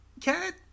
cat